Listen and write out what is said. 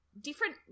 different